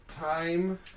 time